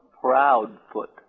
Proudfoot